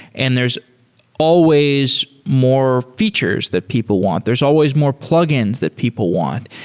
and there's always more features that people want. there's always more plug-ins that people want,